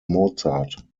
mozart